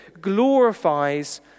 glorifies